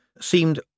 seemed